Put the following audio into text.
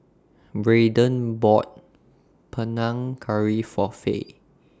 Brayden bought Panang Curry For Fay